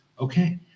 okay